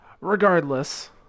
Regardless